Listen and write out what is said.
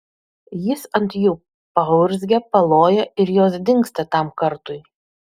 jis ant jų paurzgia paloja ir jos dingsta tam kartui